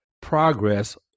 progress